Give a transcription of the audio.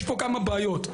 יש פה כמה בעיות,